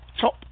top